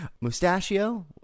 mustachio